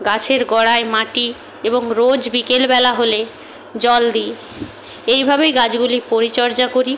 গাছের গোড়ায় মাটি এবং রোজ বিকেলবেলা হলে জল দিই এইভাবেই গাছগুলি পরিচর্যা করি